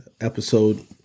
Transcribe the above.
episode